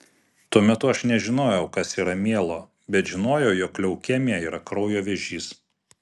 tuo metu aš nežinojau kas yra mielo bet žinojau jog leukemija yra kraujo vėžys